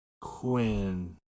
Quinn